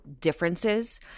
differences